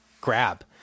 grab